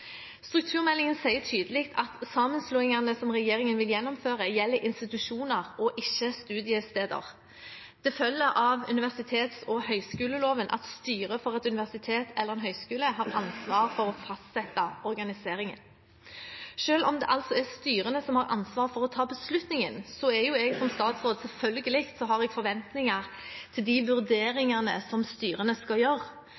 Strukturmeldingen sier tydelig: «Sammenslåingene som regjeringen vil gjennomføre, gjelder institusjoner, ikke studiesteder.» Det følger av universitets- og høyskoleloven at styret for et universitet eller en høyskole har ansvaret for å fastsette organiseringen. Selv om det altså er styrene som har ansvaret for å ta beslutningene, har jo jeg som statsråd selvfølgelig forventninger til de vurderingene som styrene skal gjøre. Noen av forventningene til